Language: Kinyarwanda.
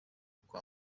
kwa